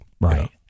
Right